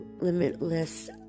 limitless